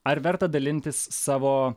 ar verta dalintis savo